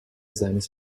seines